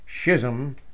schism